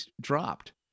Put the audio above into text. dropped